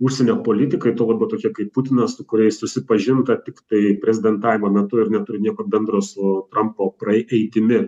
užsienio politikai tuo labiau tokie kaip putinas su kuriais susipažinta tiktai prezidentavimo metu ir neturi nieko bendro su trampo praeitimi